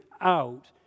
out